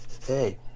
Hey